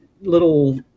little